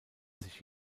sich